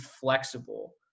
flexible